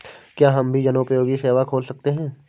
क्या हम भी जनोपयोगी सेवा खोल सकते हैं?